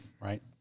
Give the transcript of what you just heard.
Right